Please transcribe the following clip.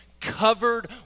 covered